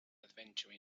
adventure